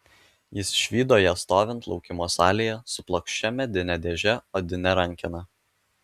jis išvydo ją stovint laukimo salėje su plokščia medine dėže odine rankena